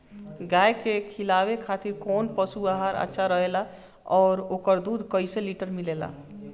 गाय के खिलावे खातिर काउन पशु आहार अच्छा रहेला और ओकर दुध कइसे लीटर मिलेला?